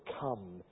come